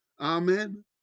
Amen